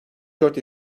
dört